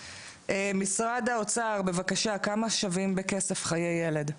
משרד האוצר בבקשה, כמה שווים בכסף חיי ילד.